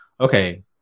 Okay